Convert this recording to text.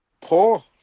Poor